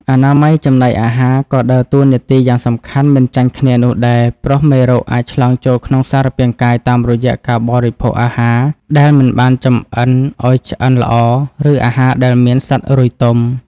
អនាម័យចំណីអាហារក៏ដើរតួនាទីយ៉ាងសំខាន់មិនចាញ់គ្នានោះដែរ ព្រោះមេរោគអាចឆ្លងចូលក្នុងសារពាង្គកាយតាមរយៈការបរិភោគអាហារដែលមិនបានចម្អិនឱ្យឆ្អិនល្អ ឬអាហារដែលមានសត្វរុយទុំ។